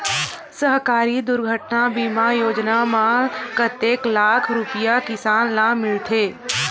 सहकारी दुर्घटना बीमा योजना म कतेक लाख रुपिया किसान ल मिलथे?